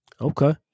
Okay